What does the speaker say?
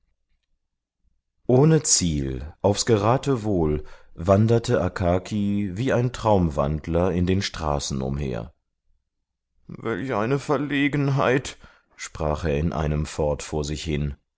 ohne ziel aufs geratewohl wanderte akaki wie ein traumwandler in den straßen umher welch eine verlegenheit sprach er in einem fort vor sich hin